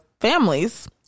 families